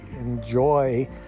enjoy